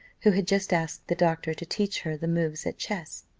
who had just asked the doctor, to teach her the moves at chess.